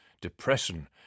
depression